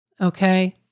Okay